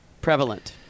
prevalent